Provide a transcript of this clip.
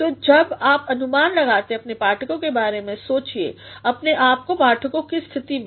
तो जब आप अनुमान लगाते हैं अपने पाठकों के बारे में सोचिए अपने आप को पाठकों के स्थिति में